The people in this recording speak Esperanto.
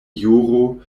juro